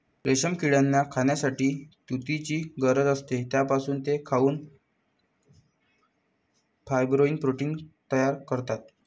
रेशीम किड्यांना खाण्यासाठी तुतीची गरज असते, ज्यापासून ते खाऊन फायब्रोइन प्रोटीन तयार करतात